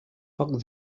poc